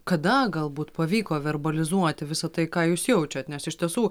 kada galbūt pavyko verbalizuoti visą tai ką jūs jaučiat nes iš tiesų